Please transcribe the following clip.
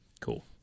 Cool